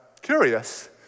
curious